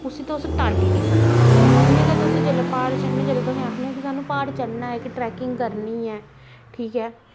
उसी तुस टाल्ली नी सकदे ते इयां गे जिसलै तुस प्हाड़ चढ़ने जिसलै तुस आखदे कि सानूं प्हाड़ चढ़ना ऐ ट्रैकिंग करनी ऐ ठीक ऐ